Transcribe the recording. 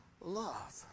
love